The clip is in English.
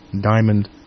diamond